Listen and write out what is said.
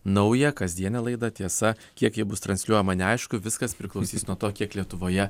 naują kasdienę laidą tiesa kiek ji bus transliuojama neaišku viskas priklausys nuo to kiek lietuvoje